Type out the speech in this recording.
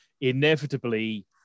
inevitably